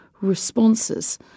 responses